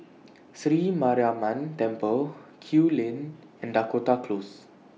Sri Mariamman Temple Kew Lane and Dakota Close